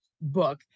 book